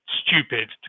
stupid